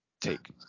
take